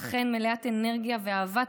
ואכן, מלאת אנרגיה ואהבת